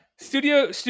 Studio